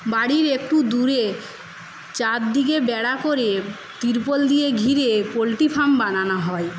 বাড়ির একটু দূরে চারদিকে বেড়া করে তির্পল দিয়ে ঘিরে পোলট্রি ফার্ম বানানো হয়